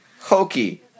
Hokey